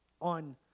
on